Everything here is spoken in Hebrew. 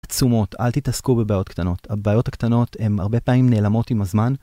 עצומות, אל תתעסקו בבעיות קטנות. הבעיות הקטנות הן הרבה פעמים נעלמות עם הזמן.